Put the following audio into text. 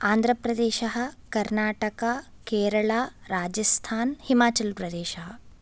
आन्द्रप्रदेशः कर्णाटक केरला राजस्थान् हिमाचलप्रदेशः